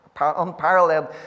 unparalleled